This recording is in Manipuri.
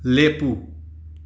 ꯂꯦꯞꯄꯨ